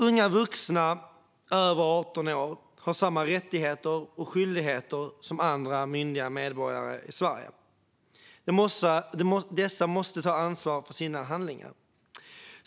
Unga vuxna över 18 år har samma rättigheter och skyldigheter som andra myndiga medborgare i Sverige. De måste ta ansvar för sina handlingar.